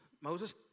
Moses